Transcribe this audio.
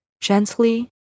Gently